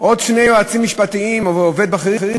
עוד שני יועצים משפטיים ועובד בכיר,